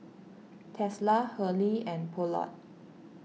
Tesla Hurley and Poulet